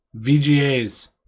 VGA's